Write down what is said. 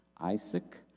Isaac